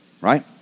right